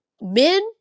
men